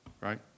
right